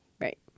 Right